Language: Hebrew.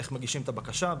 איך מגישים את הבקשה,